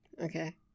okay